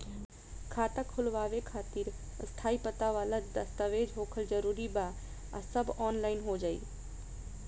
खाता खोलवावे खातिर स्थायी पता वाला दस्तावेज़ होखल जरूरी बा आ सब ऑनलाइन हो जाई?